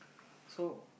so